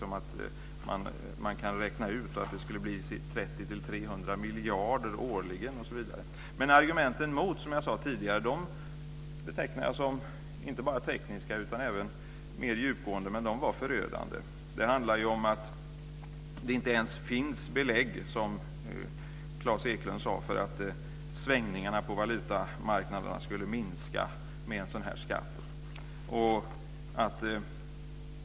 Man kan räkna ut att det skulle bli 30-300 miljarder årligen osv. Argumenten emot betecknar jag, som jag sade förut, som inte bara tekniska utan även mer djupgående. De var förödande. De handlar om att det inte ens finns belägg, som Klas Eklund sade, för att svängningarna på valutamarknaderna skulle minska med en sådan här skatt.